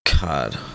God